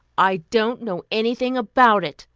i don't know anything about it,